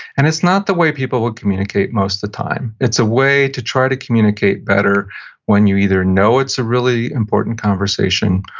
and it's not the way people would communicate most of the time. it's a way to try to communicate better when you either know it's a really important conversation,